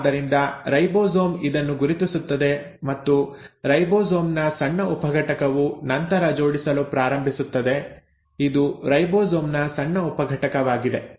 ಆದ್ದರಿಂದ ರೈಬೋಸೋಮ್ ಇದನ್ನು ಗುರುತಿಸುತ್ತದೆ ಮತ್ತು ರೈಬೋಸೋಮ್ ನ ಸಣ್ಣ ಉಪಘಟಕವು ನಂತರ ಜೋಡಿಸಲು ಪ್ರಾರಂಭಿಸುತ್ತದೆ ಇದು ರೈಬೋಸೋಮ್ ನ ಸಣ್ಣ ಉಪಘಟಕವಾಗಿದೆ